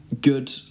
good